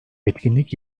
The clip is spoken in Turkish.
etkinlik